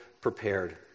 prepared